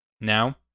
Now